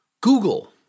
Google